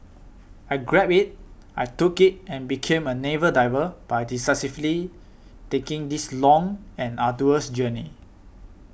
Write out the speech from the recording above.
I grabbed it I took it and became a naval diver by decisively taking this long and arduous journey